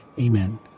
Amen